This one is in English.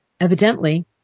Evidently